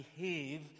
behave